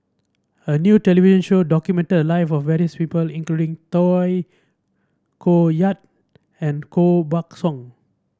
a new television show documented the lives of various people including Tay Koh Yat and Koh Buck Song